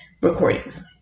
recordings